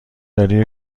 داری